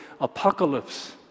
apocalypse